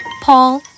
Paul